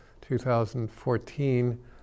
2014